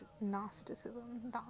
Gnosticism